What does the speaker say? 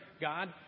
God